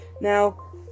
Now